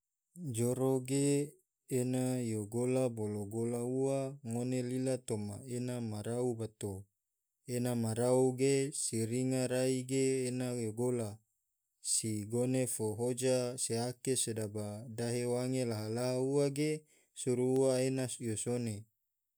Joro ge ena yo gola bolo gola ua ngone lila toma ena marau bato, ena marau ge se ringa rai ge ena yo gola. se ngone fo hoja se ake sedaba dahe wange laha-laha ua ge suru ua ena yo sone